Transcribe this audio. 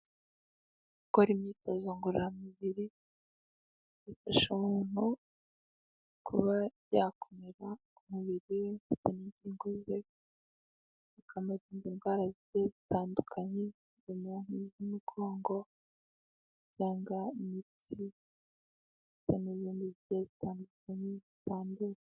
Gukora imyitozo ngororamubiri, bifasha umuntu kuba yakomera ku mubiri we, bigafasha n'ingingo ze, bikamurinda indwara zigiye zitandukanye ,nk'umugongo cyangwa imitsi ndetse n'izindi zigiye zitandukanye zitandura.